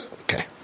okay